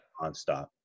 nonstop